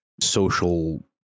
social